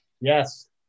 Yes